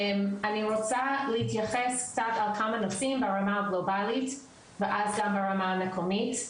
אני רוצה להתייחס קצת על כמה נושאים ברמה הגלובלית ואז גם ברמה המקומית.